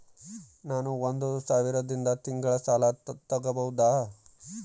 ನಾನು ಒಂದು ಸಾವಿರದಿಂದ ತಿಂಗಳ ಸಾಲ ತಗಬಹುದಾ?